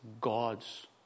God's